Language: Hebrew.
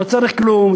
לא צריך כלום,